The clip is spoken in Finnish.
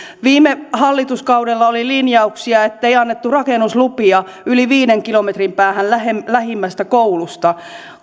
viime hallituskaudella oli linjauksia ettei annettu rakennuslupia yli viiden kilometrin päähän lähimmästä lähimmästä koulusta